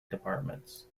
departments